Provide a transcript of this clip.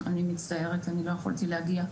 אני מצטערת, לא יכולתי להגיע.